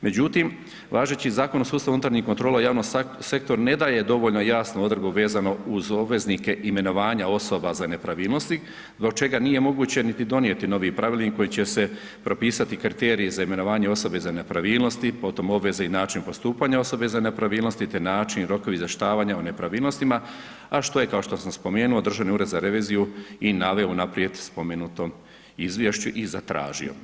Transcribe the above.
Međutim, važeći Zakon o sustavu unutarnjih kontrola u javnom sektoru ne daje dovoljno jasnu odredbu vezano uz obveznike i imenovanja osoba za nepravilnosti do čega nije moguće niti donijeti novi pravilnik kojim će se propisati kriteriji za imenovanje osobe za nepravilnosti, potom obveze i način postupanja osobe za nepravilnosti, te način, rokovi ... o nepravilnostima a što je kao što sam spomenuo Državni ured za reviziju i naveo u unaprijed spomenutom izvješću i zatražio.